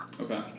Okay